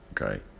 okay